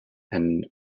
and